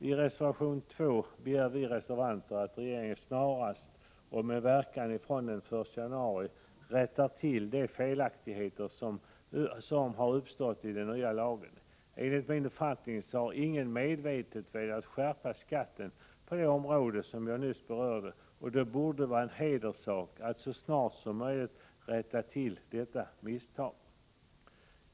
I reservation nr 2 begär vi reservanter att regeringen snarast, och med verkan från den 1 januari 1988, rättar till de felaktigheter som uppstått i den nya lagen. Enligt min uppfattning har ingen medvetet velat skärpa skatten på det område som jag nyss berörde. Det borde då vara en hederssak att så snart som möjligt rätta till detta misstag.